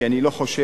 כי אני לא חושב,